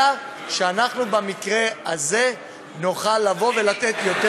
אלא שאנחנו במקרה הזה נוכל לבוא ולתת יותר.